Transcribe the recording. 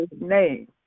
name